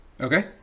Okay